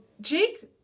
Jake